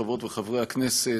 חברות וחברי הכנסת,